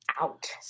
Out